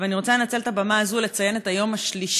אבל אני רוצה לנצל את הבמה הזאת לנצל את היום השלישי,